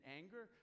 anger